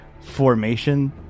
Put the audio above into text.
formation